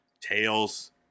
Tails